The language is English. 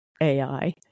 AI